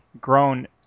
grown